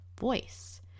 voice